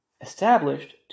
established